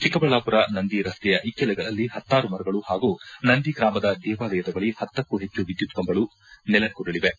ಚಿಕ್ಕಬಳ್ಳಾಮರ ನಂದಿ ರಸ್ತೆಯ ಇಕ್ಕೆಲಗಳಲ್ಲಿ ಪತ್ತಾರು ಮರಗಳು ಹಾಗೂ ನಂದಿ ಗ್ರಾಮದ ದೇವಾಲಯದ ಬಳಿ ಪತ್ತಕ್ಕೂ ಹೆಚ್ಚು ವಿದ್ಮತ್ ಕಂಬಗಳು ನೆಲಕ್ಕುರುಳಿವೆ